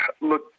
look